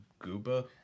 Gooba